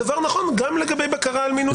הדבר נכון גם לגבי בקרה על מינויים.